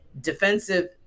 defensive